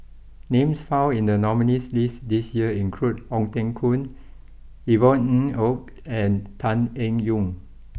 names found in the nominees' list this year include Ong Teng Koon Yvonne Ng Uhde and Tan Eng Yoon